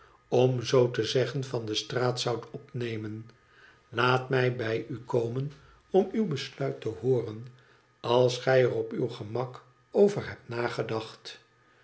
om zoo te zeggen van de straat zoudt opnemen laat mij bij u komen om uw besluit te hooren als gij er op uw gemak over hebt nagedacht